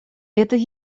это